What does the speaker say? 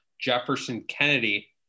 Jefferson-Kennedy